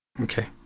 Okay